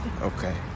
okay